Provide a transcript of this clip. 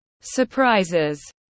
surprises